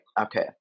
Okay